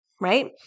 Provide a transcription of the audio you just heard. right